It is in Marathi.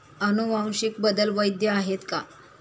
अनुवांशिक बदल वैध आहेत का?